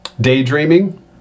Daydreaming